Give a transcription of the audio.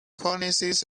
cornices